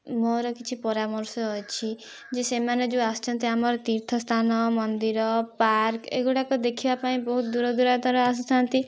ମୋର କିଛି ପରାମର୍ଶ ଅଛି ଯେ ସେମାନେ ଯେଉଁ ଆସୁଛନ୍ତି ଆମର ତୀର୍ଥ ସ୍ଥାନ ମନ୍ଦିର ପାର୍କ ଏଗୁଡ଼ାକ ଦେଖିବା ପାଇଁ ବହୁତ ଦୂର ଦୁରାନ୍ତରୁ ଆସିଥାନ୍ତି